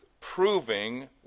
proving